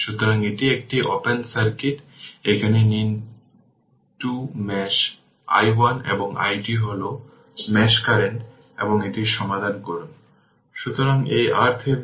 সুতরাং ডিসি এর জন্য যখন সুইচ দীর্ঘ সময়ের জন্য ক্লোজ থাকে তখন ইন্ডাকটর একটি শর্ট সার্কিট কাজ করবে যেখানে ক্যাপাসিটর ওপেন সার্কিট হিসাবে কাজ করবে এই জিনিসগুলি মনে রাখতে হবে